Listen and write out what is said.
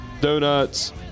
donuts